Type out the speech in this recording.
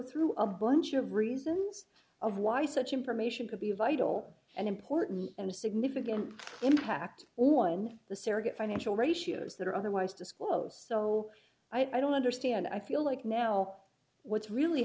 through a bunch of reasons of why such information could be vital and important and a significant impact on the sergant financial ratios that are otherwise disclosed so i don't understand i feel like now what's really